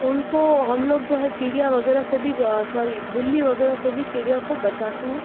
उनको हम लोग जो है चिड़िया वगैरह से भी सॉरी बिल्ली वगैरह से भी चिड़िया को बचाते हैं